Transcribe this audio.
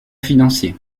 financier